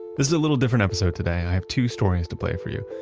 this is a little different episode today. i have two stories to play for you.